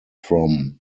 from